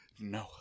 No